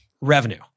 revenue